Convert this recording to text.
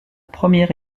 première